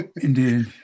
indeed